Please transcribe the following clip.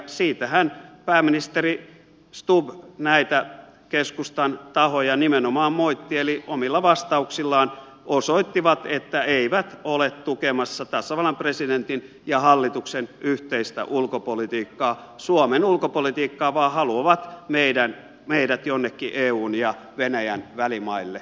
siitähän pääministeri stubb näitä keskustan tahoja nimenomaan moitti eli he omilla vastauksillaan osoittivat että eivät ole tukemassa tasavallan presidentin ja hallituksen yhteistä ulkopolitiikkaa suomen ulkopolitiikkaa vaan haluavat meidät jonnekin eun ja venäjän välimaille